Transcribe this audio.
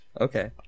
Okay